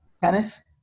Tennis